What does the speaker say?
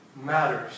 matters